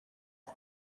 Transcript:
aho